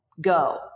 go